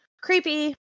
creepy